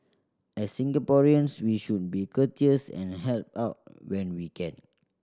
as Singaporeans we should be courteous and help out when we can